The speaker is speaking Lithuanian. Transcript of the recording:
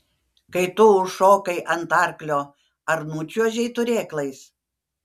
kai tu užšokai ant arklio ar nučiuožei turėklais